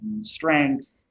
strength